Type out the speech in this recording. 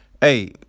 Hey